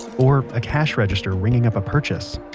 or a cash register ringing up a purchase.